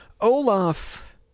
Olaf